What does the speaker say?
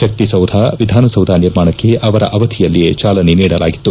ಶಕ್ತಿ ಸೌಧ ವಿಧಾನಸೌಧ ನಿರ್ಮಾಣಕ್ಕೆ ಅವರ ಅವಧಿಯಲ್ಲಿಯೇ ಚಾಲನೆ ನೀಡಲಾಗಿತ್ತು